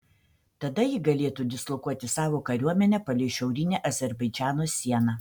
tada ji galėtų dislokuoti savo kariuomenę palei šiaurinę azerbaidžano sieną